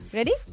Ready